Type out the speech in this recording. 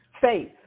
faith